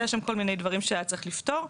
היו שם כל מיני דברים שהיה צריך לפתור.